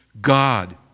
God